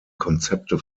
konzepte